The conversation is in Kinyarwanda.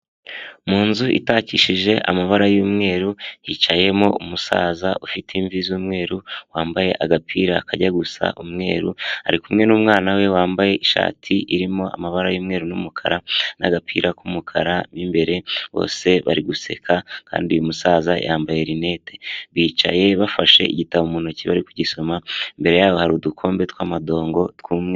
Mu nzu itakishije amabara y'umweru hicayemo umusaza ufite imvi z'umweru wambaye agapira kajya gusa umweru, ari kumwe n'umwana we wambaye ishati irimo amabara y'umweru n'umukara n'agapira k'umukara mo imbere bose bari guseka kandi uyu musaza yambaye rinete, bicaye bafashe igitabo mu ntoki bari kugisoma imbere yabo hari udukombe tw'amadongo tw'mweru.